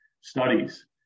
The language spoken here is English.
studies